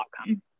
outcome